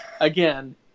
again